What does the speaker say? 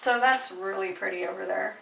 so that's really pretty over there